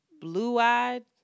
blue-eyed